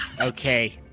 Okay